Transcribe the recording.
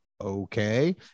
okay